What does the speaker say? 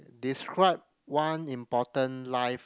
describe one important life